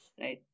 right